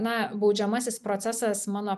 na baudžiamasis procesas mano